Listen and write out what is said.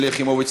שלי יחימוביץ,